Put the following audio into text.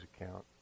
account